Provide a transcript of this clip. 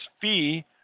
fee